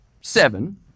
seven